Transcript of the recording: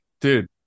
dude